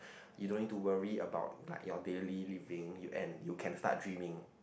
you don't need to worry about like your daily living and you can start dreaming